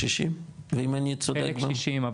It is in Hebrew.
אם אני צודק --- חלק קשישים.